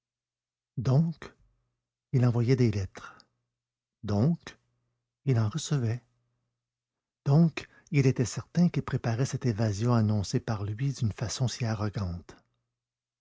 donc il envoyait des lettres donc il en recevait donc il était certain qu'il préparait cette évasion annoncée par lui d'une façon si arrogante